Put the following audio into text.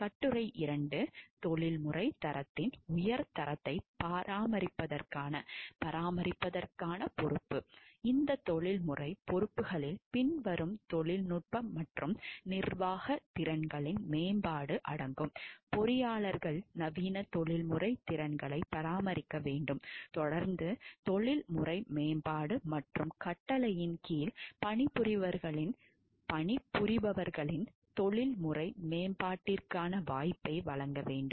கட்டுரை 2 தொழில்முறை தரத்தின் உயர் தரத்தை பராமரிப்பதற்கான பொறுப்பு இந்த தொழில்முறை பொறுப்புகளில் பின்வரும் தொழில்நுட்ப மற்றும் நிர்வாக திறன்களின் மேம்பாடு அடங்கும் பொறியாளர்கள் நவீன தொழில்முறை திறன்களை பராமரிக்க வேண்டும் தொடர்ந்து தொழில்முறை மேம்பாடு மற்றும் கட்டளையின் கீழ் பணிபுரிபவர்களின் தொழில்முறை மேம்பாட்டிற்கான வாய்ப்பை வழங்க வேண்டும்